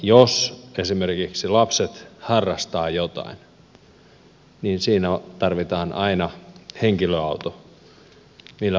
jos esimerkiksi lapset harrastavat jotain niin siinä tarvitaan aina henkilöauto millä vanhemmat kuljettavat